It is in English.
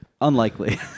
Unlikely